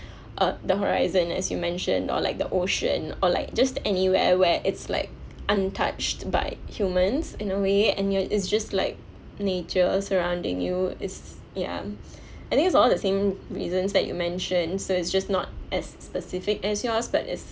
uh the horizon as you mention or like the ocean or like just anywhere where it's like untouched by humans in a way and ya it's just like nature surrounding you is ya I think it's all the same reasons that you mention so it's just not as specific as yours but it's